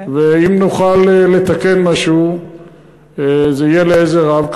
ואם נוכל לתקן משהו זה יהיה לעזר רב.